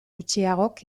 gutxiagok